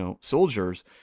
soldiers